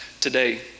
today